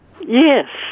Yes